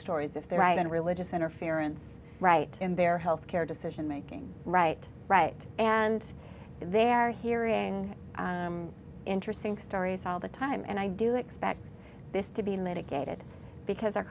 stories if they write in religious interference right in their health care decision making right right and they're hearing interesting stories all the time and i do expect this to be litigated because our